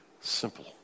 Simple